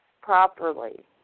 properly